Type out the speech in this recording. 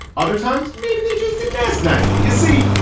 other times, maybe they just didn't ask nicely. you see,